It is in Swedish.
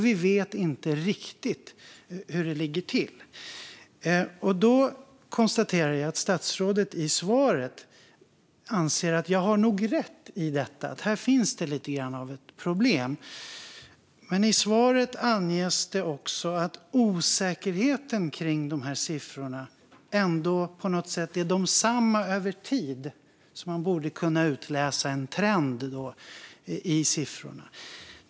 Vi vet inte riktigt hur det ligger till. Jag konstaterar att statsrådet i svaret anser att jag nog har rätt i detta och att det här finns lite grann av ett problem. Men i svaret anges det också att osäkerheten kring dessa siffror ändå på något sätt är densamma över tid, så att man borde kunna utläsa en trend i siffrorna.